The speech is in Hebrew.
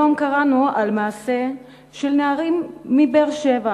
היום קראנו על מעשה של נערים מבאר-שבע